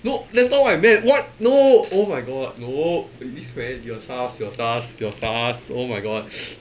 no that's not what I meant what no oh my god eh this friend you're sus you're sus you're sus oh my god